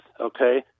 okay